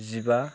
जिबा